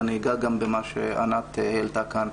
ואני אגע גם במה שענת העלתה כאן,